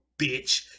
bitch